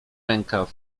rękaw